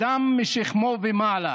אדם משכמו ומעלה,